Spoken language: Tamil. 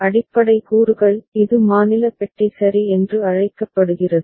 அடிப்படை கூறுகள் இது மாநில பெட்டி சரி என்று அழைக்கப்படுகிறது